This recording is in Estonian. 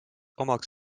omaks